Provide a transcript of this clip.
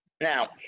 Now